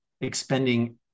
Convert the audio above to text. expending